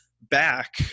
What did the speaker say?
back